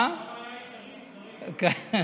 זאת הבעיה העיקרית כרגע.